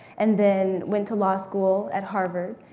and then, went to law school at harvard.